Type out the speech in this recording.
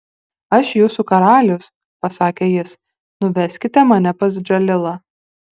aš jūsų karalius pasakė jis nuveskite mane pas džalilą